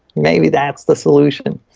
maybe that's the solution.